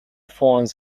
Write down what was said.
phones